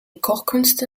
kochkünste